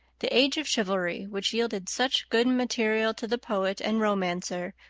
the age of chivalry, which yielded such good material to the poet and romancer,